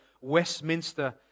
Westminster